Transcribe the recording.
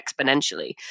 exponentially